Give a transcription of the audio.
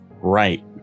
right